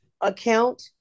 account